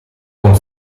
con